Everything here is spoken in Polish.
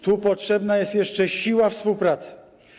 Tu potrzebna jest jeszcze siła współpracy.